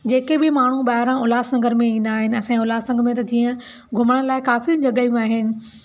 जेके बि माण्हू ॿाहिरां उल्हासनगर में ईंदा आहिनि असांजे उल्हासनगर में त जीअं घुमण लाइ काफ़ी जॻहयूं आहिनि